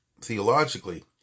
theologically